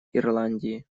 ирландии